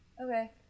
Okay